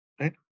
right